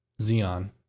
Xeon